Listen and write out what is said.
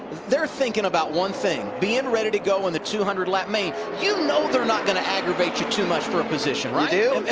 they're thinking about one thing, being ready to go on the two hundred lap main. you know they're not going to aggravate you too much for a position. you